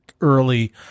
early